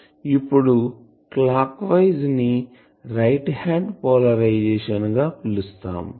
ఇప్పుడు CW ని right hand polarisation గా పిలుస్తాం